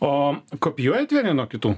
o kopijuojant vieni nuo kitų